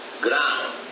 ground